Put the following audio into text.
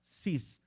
sees